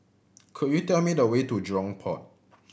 could you tell me the way to Jurong Port